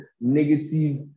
negative